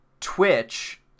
Twitch